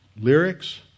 lyrics